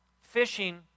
fishing